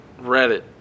Reddit